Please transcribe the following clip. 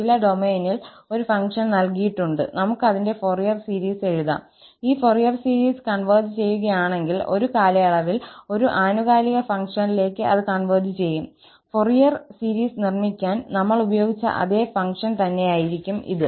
ചില ഡൊമെയ്നിൽ ഒരു ഫംഗ്ഷൻ നൽകിയിട്ടുണ്ട് നമുക്ക് അതിന്റെ ഫൊറിയർ സീരീസ് എഴുതാം ഈ ഫൊറിയർ സീരീസ് കൺവെർജ് ചെയ്യുകയാണെങ്കിൽ ഒരു കാലയളവിൽ ഒരു ആനുകാലിക ഫംഗ്ഷനിലേക്ക് അത് കൺവെർജ് ചെയ്യും ഫൊറിയർ സീരീസ് നിർമ്മിക്കാൻ നമ്മൾ ഉപയോഗിച്ച അതേ ഫംഗ്ഷൻ തന്നെയായിരിക്കും ഇത്